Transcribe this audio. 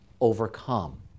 overcome